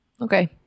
okay